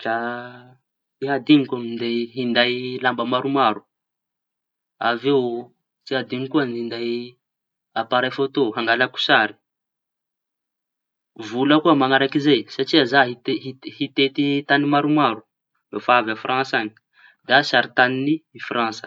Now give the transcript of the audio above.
Dra tsy adiñoko minday hinday lamba maromaro. Avy eo tsy adiño koa ny minday aparey fôtô angalako sary. Vola koa mañaraky zay satria zaho hite- hitety tañy maromaro no fa avy a Frantsa añy da sarin-tañy Frantsa.